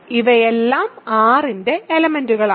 ഇവയെല്ലാം R ന്റെ എലെമെന്റ്കളാണ്